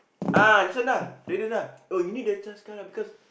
ah this one lah Radiant ah oh you need the C_H_A_S card ah because